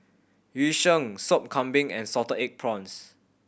Yu Sheng Sop Kambing and salted egg prawns